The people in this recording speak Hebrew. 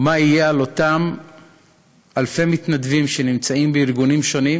מה יהיה על אותם אלפי מתנדבים שנמצאים בארגונים שונים?